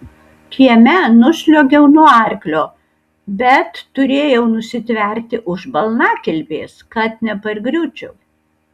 kieme nusliuogiau nuo arklio bet turėjau nusitverti už balnakilpės kad nepargriūčiau